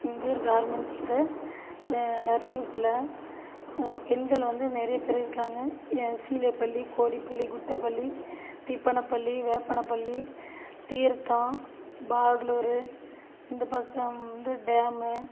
எங்கூர் கார்மெண்ட்ஸில் நரியங்குப்பத்தில் பெண்கள் வந்து நிறைய பேர் இருக்காங்க சீலைப்பள்ளி கோடிப்பள்ளி குட்டப்பள்ளி தீப்பனப்பள்ளி வேப்பனப்பள்ளி தீர்த்தம் பாக்லூர் இந்த பக்கம் வந்து டேமு